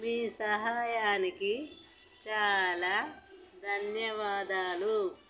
మీ సహాయానికి చాలా ధన్యవాదాలు